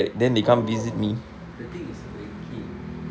oh the thing is breaking